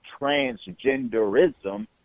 transgenderism